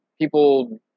people